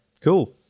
Cool